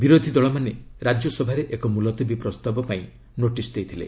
ବିରୋଧୀଦଳମାନେ ରାଜ୍ୟସଭାରେ ଏକ ମୁଲତବୀ ପ୍ରସ୍ତାବ ପାଇଁ ନୋଟିସ୍ ଦେଇଥିଲେ